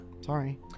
Sorry